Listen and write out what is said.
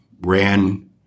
Ran